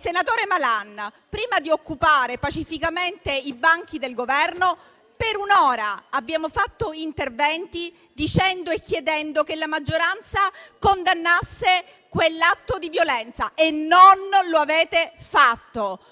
Senatore Malan, prima di occupare pacificamente i banchi del Governo, per un'ora abbiamo fatto interventi dicendo e chiedendo che la maggioranza condannasse quell'atto di violenza. E non lo avete fatto.